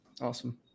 Awesome